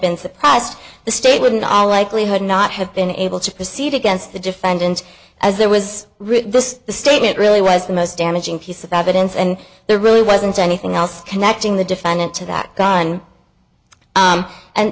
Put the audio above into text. been surprised the state wouldn't all likelihood not have been able to proceed against the defendant as there was written this statement really was the most damaging piece of evidence and there really wasn't anything else connecting the defendant to that gun